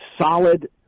solid